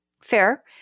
Fair